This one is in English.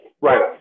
Right